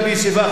רק בישיבה,